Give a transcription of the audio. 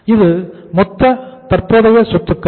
இது மொத்த தற்போதைய சொத்துக்கள்